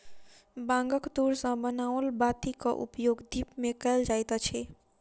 बांगक तूर सॅ बनाओल बातीक उपयोग दीप मे कयल जाइत अछि